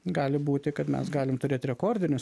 gali būti kad mes galim turėt rekordinius